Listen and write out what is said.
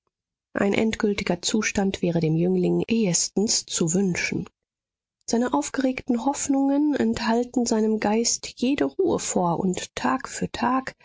ein endgültiger zustand wäre dem jüngling ehestens zu wünschen seine aufgeregten hoffnungen enthalten seinem geist jede ruhe vor und tag für tag